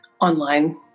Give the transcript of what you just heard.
online